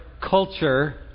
culture